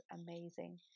amazing